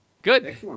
Good